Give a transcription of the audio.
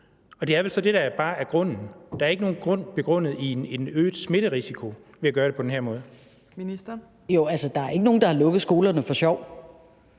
Det er vel så det, der bare er grunden. Der er ikke nogen grund begrundet i en øget smitterisiko ved at gøre det på den her måde. Kl. 15:00 Fjerde næstformand (Trine Torp):